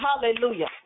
hallelujah